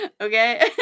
Okay